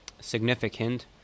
significant